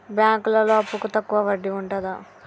బ్యాంకులలో అప్పుకు తక్కువ వడ్డీ ఉంటదా?